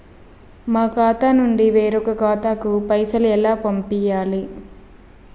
మా ఖాతా నుండి వేరొక ఖాతాకు పైసలు ఎలా పంపియ్యాలి?